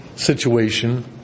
Situation